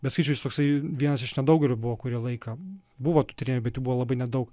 be sakyčiau jis toksai vienas iš nedaugelio buvo kurį laiką buvo tų tyrėjų bet jų buvo labai nedaug